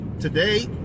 today